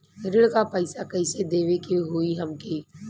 ऋण का पैसा कइसे देवे के होई हमके?